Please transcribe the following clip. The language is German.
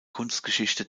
kunstgeschichte